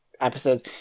episodes